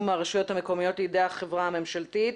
מהרשויות המקומיות לידי החברה הממשלתית.